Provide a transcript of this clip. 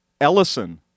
Ellison